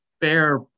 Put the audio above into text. fair